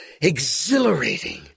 exhilarating